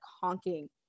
honking